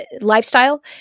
lifestyle